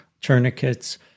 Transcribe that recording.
tourniquets